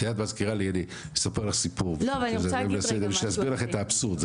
את מזכירה לי אני אספר לך סיפור שיסביר לך את האבסורד,